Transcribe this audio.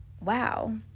Wow